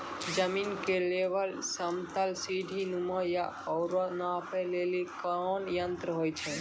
जमीन के लेवल समतल सीढी नुमा या औरो नापै लेली कोन यंत्र होय छै?